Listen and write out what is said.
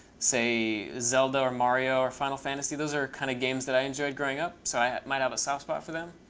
say, zelda or mario or final fantasy. those are the kind of games that i enjoyed growing up. so i might have a soft spot for them.